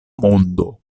mondo